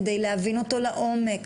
כדי להבין אותו לעומק.